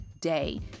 day